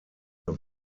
eine